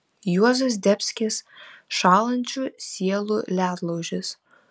juozas zdebskis šąlančių sielų ledlaužis